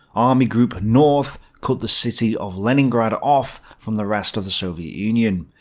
army group north cut the city of leningrad off from the rest of the soviet union.